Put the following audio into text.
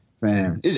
man